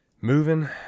Moving